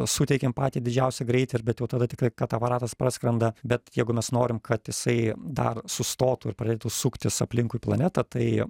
suteikiam patį didžiausią greitį bet jau tada tikrai kad aparatas praskrenda bet jeigu mes norim kad jisai dar sustotų ir pradėtų suktis aplinkui planetą tai